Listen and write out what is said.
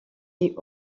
est